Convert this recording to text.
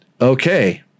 Okay